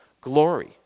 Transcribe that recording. glory